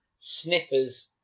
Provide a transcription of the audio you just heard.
snippers